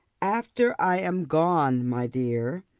after i am gone, my dear,